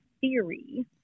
theory